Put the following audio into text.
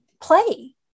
play